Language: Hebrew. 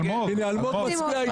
הנה, אלמוג הצביע איתנו.